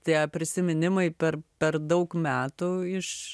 tie prisiminimai per per daug metų iš